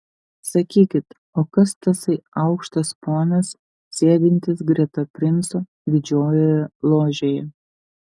sakykit o kas tasai aukštas ponas sėdintis greta princo didžiojoje ložėje